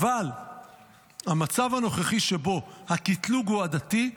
אבל המצב הנוכחי שבו הקטלוג הוא עדתי,